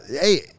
hey –